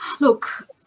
Look